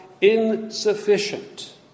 insufficient